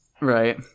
Right